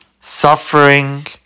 suffering